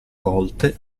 volte